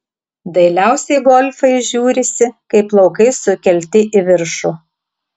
dailiausiai golfai žiūrisi kai plaukai sukelti į viršų